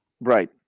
Right